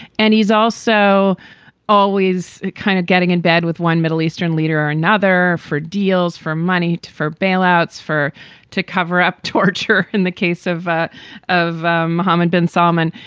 and he's also always kind of getting in bed with one middle eastern leader or another for deals, for money. for bailouts, for to cover up torture in the case of of mohammed bin salman,